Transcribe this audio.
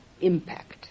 impact